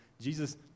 Jesus